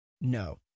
No